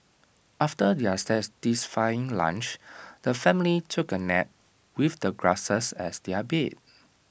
after their satisfying lunch the family took A nap with the grasses as their bed